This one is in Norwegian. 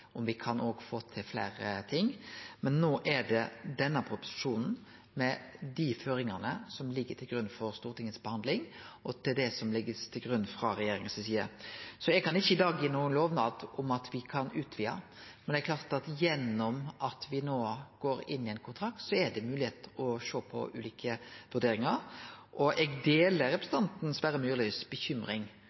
få til fleire ting. Men no er det denne proposisjonen, med dei føringane som ligg til grunn for Stortingets behandling, som blir lagt til grunn frå regjeringa si side. Eg kan ikkje i dag gi nokon lovnad om at me kan utvida, men det er klart at gjennom at me no går inn i ein kontrakt, er det moglegheit for å sjå på ulike vurderingar. Eg deler representanten Sverre Myrlis bekymring